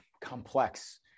complex